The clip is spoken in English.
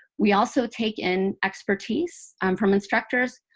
we also take in expertise um from instructors,